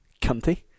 cunty